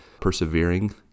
persevering